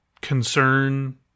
concern